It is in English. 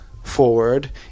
Forward